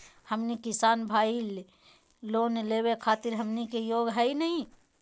हमनी किसान भईल, लोन लेवे खातीर हमनी के योग्य हई नहीं?